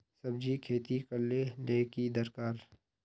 सब्जी खेती करले ले की दरकार?